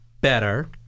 better